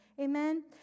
Amen